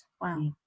wow